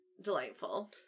delightful